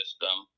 system